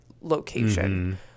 location